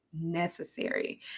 necessary